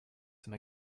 some